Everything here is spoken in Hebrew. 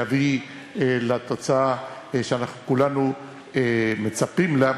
יביא לתוצאה שאנחנו כולנו מצפים לה.